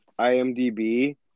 IMDB